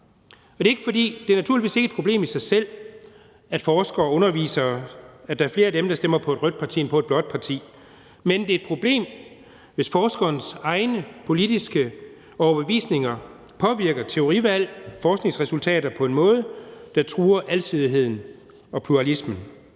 også i Danmark. Det er naturligvis ikke et problem i sig selv, at der er flere forskere og undervisere, der stemmer på et rødt parti end på et blåt parti, men det er et problem, hvis forskerens egne politiske overbevisninger påvirker teorivalg og forskningsresultater på en måde, der truer alsidigheden og pluralismen.